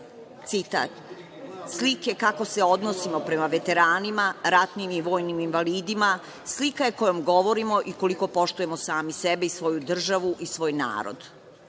Citat: „Slike kako se odnosimo prema veteranima, ratnim i vojnim invalidima, slika je kojom govorimo i koliko poštujemo sami sebe i svoju državu i svoj narod“.